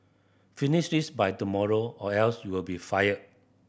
finish this by tomorrow or else you'll be fired